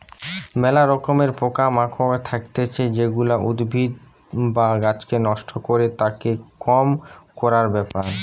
ম্যালা রকমের পোকা মাকড় থাকতিছে যেগুলা উদ্ভিদ বা গাছকে নষ্ট করে, তাকে কম করার ব্যাপার